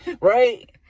Right